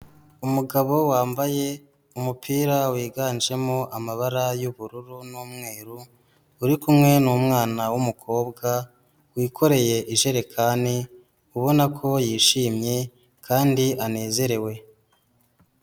Umugabo wambaye umupira wiganjemo amabara y'ubururu n'umweru, uri kumwe n'umwana w'umukobwa wikoreye ijerekani, ubona ko yishimye kandi anezerewe.